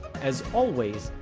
as always,